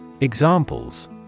Examples